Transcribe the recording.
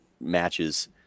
matches